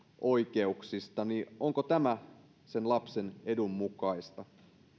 oikeuksista onko tämä lapsen edun mukaista